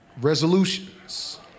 resolutions